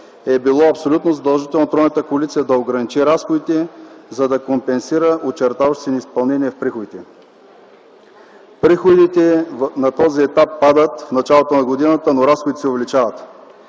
е било абсолютно задължително тройната коалиция да ограничи разходите, за да компенсира очертаващото се неизпълнение в приходите. Приходите на този етап падат в началото на годината, но разходите се увеличават.